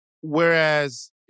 whereas